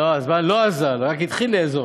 לא, הזמן לא אזל, הוא רק התחיל לאזול.